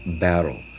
battle